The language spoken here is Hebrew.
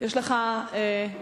יש לך דקה.